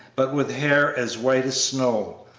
but with hair as white as snow,